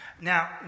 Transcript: Now